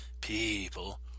people